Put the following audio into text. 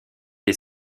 des